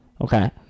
Okay